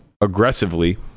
aggressively